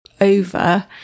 over